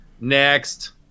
next